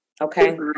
Okay